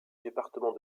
département